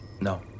No